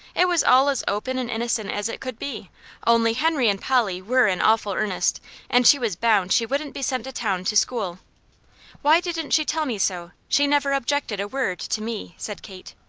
it was all as open and innocent as it could be only henry and polly were in awful earnest and she was bound she wouldn't be sent to town to school why didn't she tell me so? she never objected a word, to me, said kate.